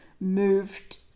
moved